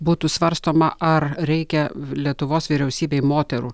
būtų svarstoma ar reikia lietuvos vyriausybėj moterų